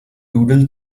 doodle